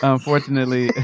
Unfortunately